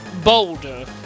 boulder